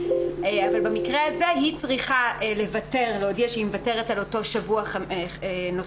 אבל במקרה זה היא צריכה להודיע שהיא מוותרת על אותו שבוע נוסף.